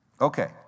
Okay